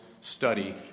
study